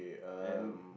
and